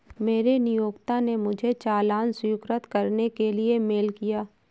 मेरे नियोक्ता ने मुझे चालान स्वीकृत करने के लिए मेल किया